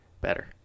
better